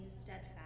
steadfast